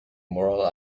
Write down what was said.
moral